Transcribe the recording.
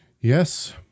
Yes